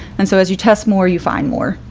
and so as you test more, you find more.